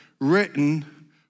written